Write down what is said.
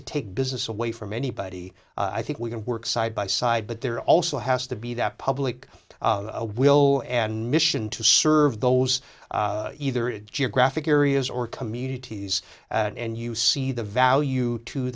to take business away from anybody i think we can work side by side but there also has to be that public a will and mission to serve those either it geographic areas or communities and you see the value to